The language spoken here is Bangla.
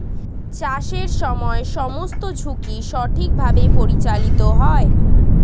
চাষের সময় সমস্ত ঝুঁকি সঠিকভাবে পরিচালিত হয়